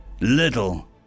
Little